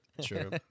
true